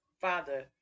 father